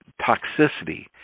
toxicity